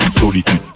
solitude